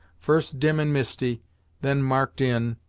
first dim and misty then marked in,